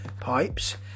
pipes